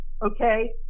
Okay